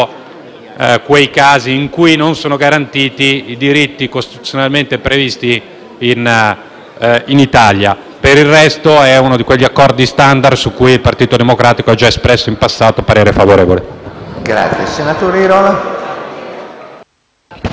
i casi in cui non sono garantiti i diritti costituzionalmente previsti in Italia. Per il resto, è uno di quegli accordi *standard* su cui il Partito Democratico ha già espresso in passato parere favorevole.